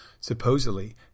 supposedly